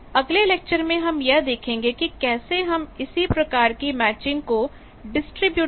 अगले लेक्चर में हम यह देखेंगे कि कैसे हम इसी प्रकार की मैचिंग को डिस्ट्रिब्यूटेड घटकों से कर पाएंगे